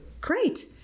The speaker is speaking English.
Great